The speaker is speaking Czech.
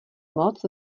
moc